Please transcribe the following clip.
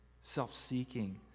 self-seeking